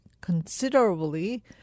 considerably